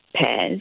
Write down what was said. pairs